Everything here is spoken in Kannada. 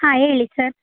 ಹಾಂ ಹೇಳಿ ಸರ್